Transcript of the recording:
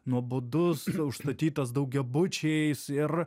nuobodus užstatytas daugiabučiais ir